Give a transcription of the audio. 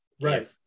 right